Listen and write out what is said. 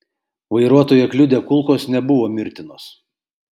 vairuotoją kliudę kulkos nebuvo mirtinos